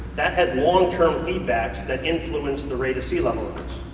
that has long term feedbacks that influence the rate of sea-level rise.